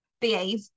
behave